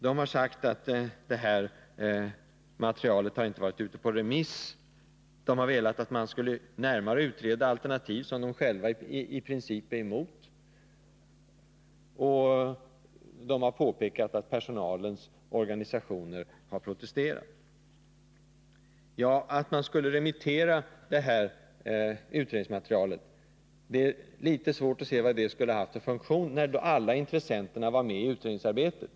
De har sagt att materialet inte har varit ute på remiss, de har velat att man skulle närmare utreda alternativ som de själva i princip är emot, och de har påpekat att personalens organisationer har protesterat. Att remittera utredningsmaterialet har jag litet svårt att se meningen med, när alla intressenter var med i utredningsarbetet.